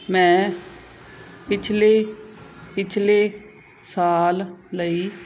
ਮੈਂ ਪਿਛਲੇ ਪਿਛਲੇ ਸਾਲ ਲਈ